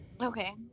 Okay